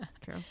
true